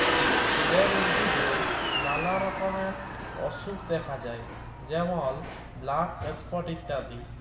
ফুলের উদ্ভিদে লালা রকমের অসুখ দ্যাখা যায় যেমল ব্ল্যাক স্পট ইত্যাদি